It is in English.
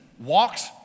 walks